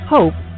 Hope